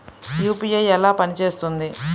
UPI ఎలా పనిచేస్తుంది?